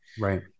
Right